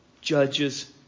judges